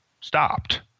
stopped